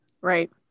right